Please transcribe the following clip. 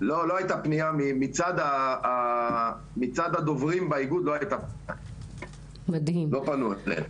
מצד הדוברים באיגוד לא פנו אלינו.